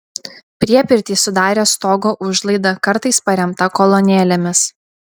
priepirtį sudarė stogo užlaida kartais paremta kolonėlėmis